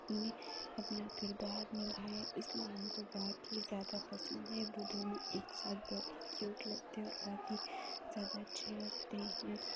نے اپنا کردار نبھایا ہے اس لیے ہم کو بہت ہی زیادہ پسند ہے وہ دونوں ایک ساتھ بہت ہی کیوٹ لگتے ہیں اور بہت ہی زیادہ اچھے لگتے ہیں